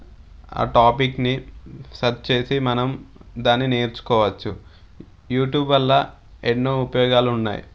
ఆ టాపిక్ని సర్చ్ చేసి మనం దాన్ని నేర్చుకోవచ్చు యూట్యూబ్ వల్ల ఎన్నో ఉపయోగాలున్నాయి